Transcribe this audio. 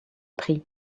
prix